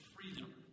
freedom